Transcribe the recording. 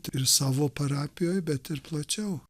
ir savo parapijoj bet ir plačiau